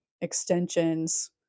extensions